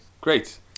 great